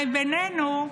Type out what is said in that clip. הרי בינינו,